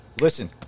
listen